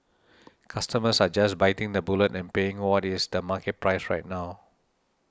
customers are just biting the bullet and paying what is the market price right now